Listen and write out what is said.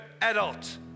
adult